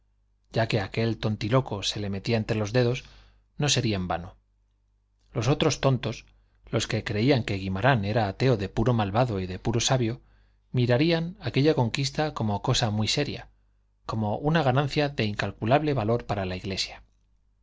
ya que aquel tontiloco se le metía entre los dedos no sería en vano los otros tontos los que creían que guimarán era ateo de puro malvado y de puro sabio mirarían aquella conquista como cosa muy seria como una ganancia de incalculable valor para la iglesia